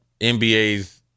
NBA's